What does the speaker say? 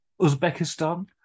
Uzbekistan